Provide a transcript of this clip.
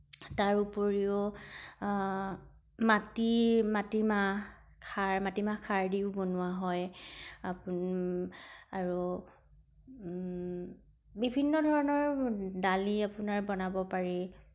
তাৰ ওপৰিও মাটি মাটিমাহ খাৰ মাটিমাহ খাৰ দিও বনোৱা হয় আৰু বিভিন্ন ধৰণৰ দালি আপোনাৰ বনাব পাৰি